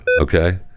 Okay